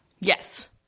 Yes